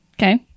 Okay